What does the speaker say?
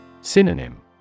Synonym